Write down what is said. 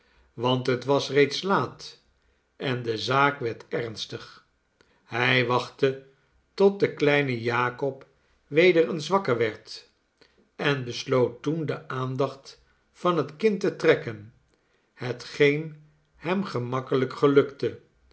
want het was reeds laat en de zaak werd ernstig hij wachtte totdat de kleine jacob weder eens wakker werd en besloot toen de aandacht van het kind te trekken hetgeen hem gemakkelijk gelukte